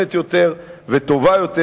מאוזנת יותר וטובה יותר,